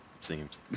seems